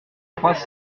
trois